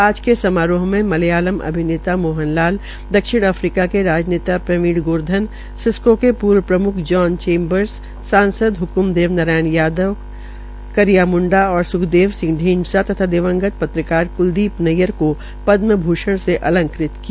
आज के समारोह में मल्यालम अभिनेता मोहन लाल दक्षिण अफ्रीका के राजनेता प्रवीण गोवर्धन सिसको के प्रम्ख जोन चेंबर्स सांसद ह्क्म देव नारायण यादव करिया मुंडा और स्खदेव सिंह सा तथा दिवंगत पत्रकार कुलदीप नैय्यर को पदम भूषण से अलंकृत किया